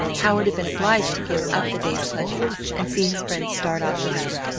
howard had been obliged to give up the day's pleasure and see his friends start off without him.